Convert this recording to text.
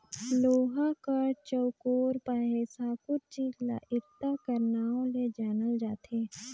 लोहा कर चउकोर पहे साकुर चीज ल इरता कर नाव ले जानल जाथे